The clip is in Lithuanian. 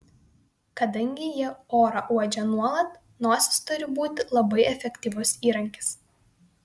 kadangi jie orą uodžia nuolat nosis turi būti labai efektyvus įrankis